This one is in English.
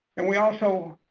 and we also